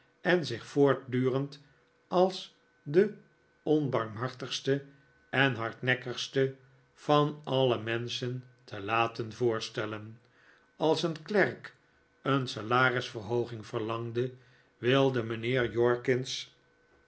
en zich voortdurend als den onbarmhartigsten en hardnekkigsten van alle menschen te laten voorstellen als een klerk een salarisverhooging verlangde wilde mijnheer jorkins